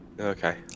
okay